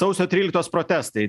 sausio tryliktos protestai